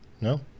no